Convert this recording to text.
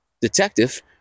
detective